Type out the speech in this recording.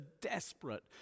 desperate